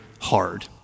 hard